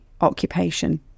occupation